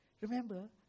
Remember